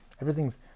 everything's